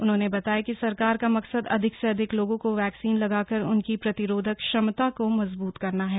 उन्होंने बताया कि सरकार का मकसद अधिक से अधिक लोगो को वैक्सीन लगा कर उनकी प्रतिरोधक क्षमता को मजबूत करना है